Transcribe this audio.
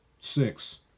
six